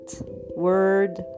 word